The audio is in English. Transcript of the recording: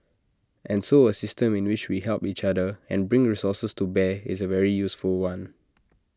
and so A system in which we help each other and bring resources to bear is A very useful one